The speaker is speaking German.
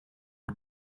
und